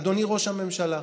אדוני ראש הממשלה,